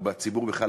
או בציבור בכלל,